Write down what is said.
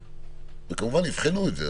כמובן יבחנו את זה.